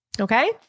Okay